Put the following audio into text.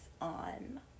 on